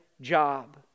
job